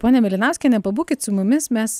ponia mėlynauskiene pabūkit su mumis mes